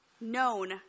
known